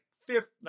fifth